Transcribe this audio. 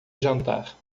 jantar